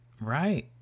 Right